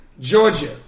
Georgia